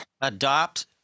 adopt